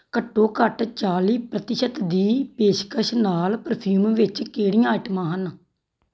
ਘੱਟੋ ਘੱਟ ਚਾਲੀ ਪ੍ਰਤੀਸ਼ਤ ਦੀ ਪੇਸ਼ਕਸ਼ ਨਾਲ ਪਰਫਿਊਮ ਵਿੱਚ ਕਿਹੜੀਆਂ ਆਈਟਮਾਂ ਹਨ